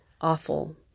awful